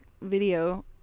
video